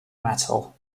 metal